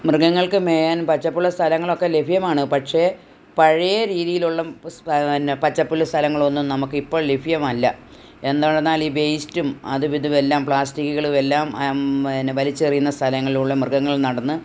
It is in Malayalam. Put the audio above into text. മൃഗങ്ങൾക്ക് മേയാൻ പച്ചപ്പുള്ള സ്ഥലങ്ങളൊക്കെ ലഭ്യമാണ് പക്ഷേ പഴയ രീതിയിലുള്ള പിന്നെ പച്ചപ്പുള്ള സ്ഥലങ്ങളൊന്നും നമുക്ക് ഇപ്പോൾ ലഭ്യമല്ല എന്നാണെന്നാൽ ഈ വേസ്റ്റും അതും ഇതും എല്ലാം പ്ലാസ്റ്റിക്കുകളും എല്ലാം പിന്നെ വലിച്ചെറിയുന്ന സ്ഥലങ്ങളിലൂടെ മൃഗങ്ങൾ നടന്ന്